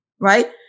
right